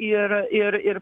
ir ir ir